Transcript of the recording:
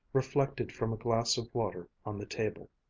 reflected from a glass of water on the table.